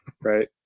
right